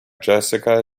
jessica